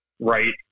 right